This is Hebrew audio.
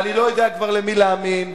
ואני לא יודע כבר למי להאמין,